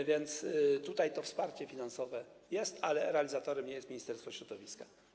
A więc tutaj to wsparcie finansowe jest, ale realizatorem nie jest Ministerstwo Środowiska.